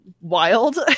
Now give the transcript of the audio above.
wild